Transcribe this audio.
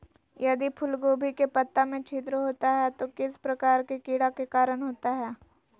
यदि फूलगोभी के पत्ता में छिद्र होता है तो किस प्रकार के कीड़ा के कारण होता है?